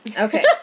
okay